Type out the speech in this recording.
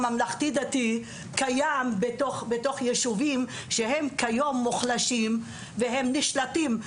הממלכתי-דתי קיים בתוך יישובים שהם כיום מוחלשים והם נשלטים.